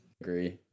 Agree